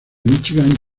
míchigan